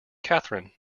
catherine